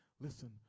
Listen